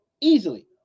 easily